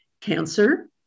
cancer